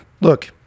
Look